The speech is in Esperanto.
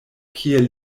kiel